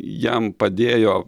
jam padėjo